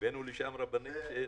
הבאנו לשם רבנים.